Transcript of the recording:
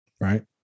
Right